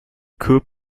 cup